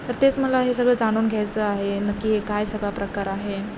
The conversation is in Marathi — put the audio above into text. तर तेच मला हे सगळं जाणून घ्यायचं आहे नक्की हे काय सगळा प्रकार आहे